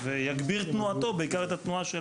"ויגביר תנועתו" בעיקר את התנועה של